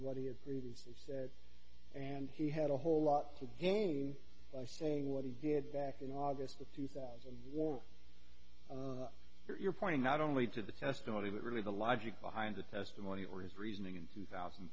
had previously said and he had a whole lot to gain by saying what he did back in august of two thousand war your point not only to the testimony but really the logic behind the testimony or his reasoning in two thousand